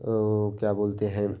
वह क्या बोलते हैं